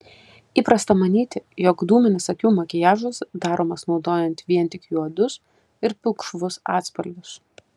įprasta manyti jog dūminis akių makiažas daromas naudojant vien tik juodus ir pilkšvus atspalvius